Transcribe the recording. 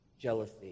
jealousy